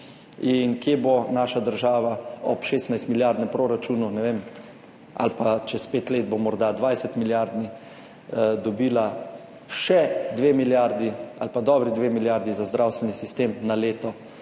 in kje bo naša država ob 16 milijardnem proračunu, ne vem, ali pa čez pet let bo morda 20 milijardni, dobila še 2 milijardi ali pa dobri 2 milijardi za zdravstveni sistem na leto,